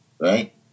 right